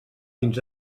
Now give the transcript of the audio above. dins